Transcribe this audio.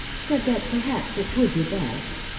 said that perhaps it would be best.